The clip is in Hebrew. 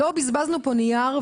לא בזבזנו פה נייר,